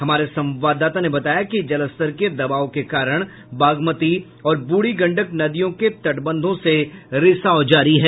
हमारे संवाददाता ने बताया कि जलस्तर के दबाव के कारण बागमती और बूढ़ी गंडक नदियों के तटबंधों से रिसाव जारी है